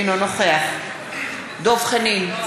אינו נוכח דב חנין,